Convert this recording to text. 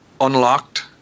unlocked